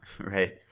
right